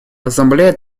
ассамблея